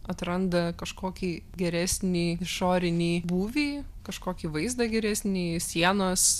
atranda kažkokį geresnį išorinį būvį kažkokį vaizdą geresnį sienos